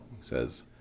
says